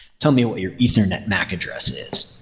tell me what your ethernet mac address is,